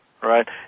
right